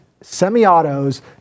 Semi-autos